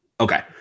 Okay